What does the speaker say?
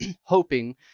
hoping